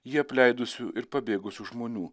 jį apleidusių ir pabėgusių žmonių